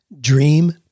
dream